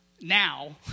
now